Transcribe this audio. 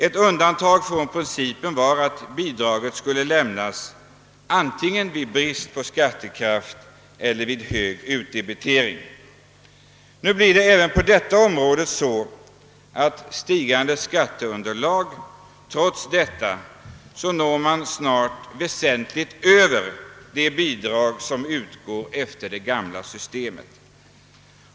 Ett undantag från principen var att bidrag skulle lämnas vid brist på skattekraft eller vid hög utdebitering. Nu blir det även på detta område så, att man trots stigande skatteunderlag snart når väsentligt över de bidrag. som utgår efter det gamla systemet.